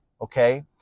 Okay